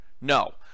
No